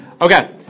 Okay